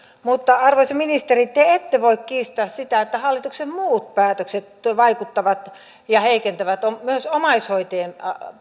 mutta arvoisa ministeri te ette voi kiistää sitä että hallituksen muut päätökset vaikuttavat ja heikentävät myös omaishoitajien